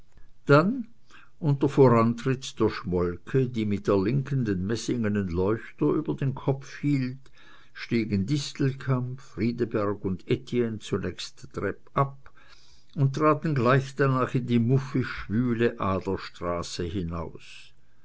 dann unter vorantritt der schmolke die mit der linken den messingenen leuchter über den kopf hielt stiegen distelkamp friedeberg und etienne zunächst treppab und traten gleich danach in die muffig schwüle adlerstraße hinaus